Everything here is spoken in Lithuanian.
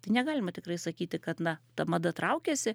tai negalima tikrai sakyti kad na ta mada traukiasi